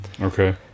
Okay